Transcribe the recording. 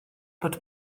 bod